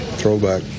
throwback